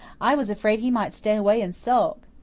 i was afraid he might stay away and sulk.